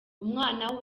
umwana